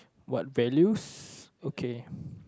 what values okay